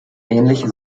ähnliche